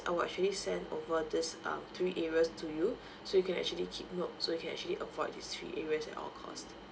I will actually send over this um three areas to you so you can actually keep note so you can actually avoid these three areas at all costs